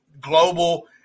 global